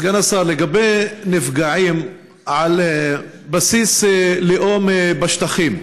סגן השר, לגבי נפגעים על בסיס לאום בשטחים,